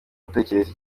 gutegereza